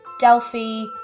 Delphi